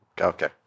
Okay